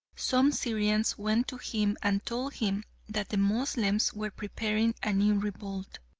some syrians went to him and told him that the moslems were preparing a new revolt.